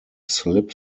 slip